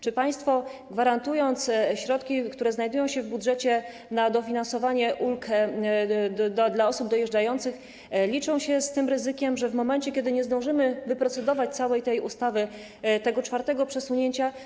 Czy państwo, gwarantując środki, które znajdują się w budżecie, na dofinansowanie ulg dla osób dojeżdżających, liczą się z ryzykiem, że w momencie, kiedy nie zdążymy przeprocedować tej ustawy, tego czwartego przesunięcia.